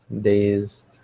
dazed